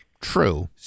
True